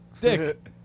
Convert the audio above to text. dick